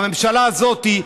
בממשלה הזאת,